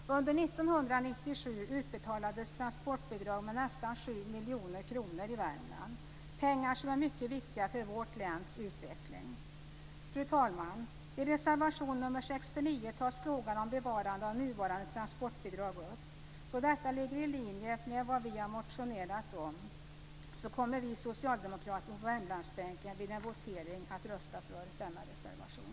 Under 1997 utbetalades transportbidrag med nästan 7 miljoner kronor i Värmland - pengar som är mycket viktiga för vårt läns utveckling. Fru talman! I reservation nr 69 tas frågan om bevarande av nuvarande transportbidrag upp. Då detta ligger i linje med vad vi har motionerat om kommer vi socialdemokrater på Värmlandsbänken vid en votering att rösta för denna reservation.